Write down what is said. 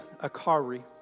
Akari